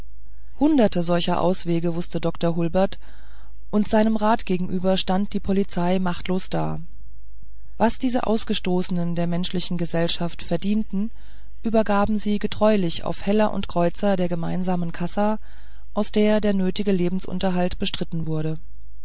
hundert solcher auswege wußte dr hulbert und seinem rate gegenüber stand die polizei machtlos da was diese ausgestoßenen der menschlichen gesellschaft verdienten übergaben sie getreulich auf heller und kreuzer der gemeinsamen kassa aus der der nötige lebensunterhalt bestritten wurde